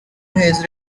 his